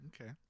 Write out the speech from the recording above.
Okay